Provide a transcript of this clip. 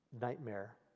nightmare